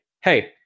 Hey